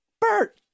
Bert